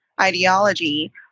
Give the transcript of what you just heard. ideology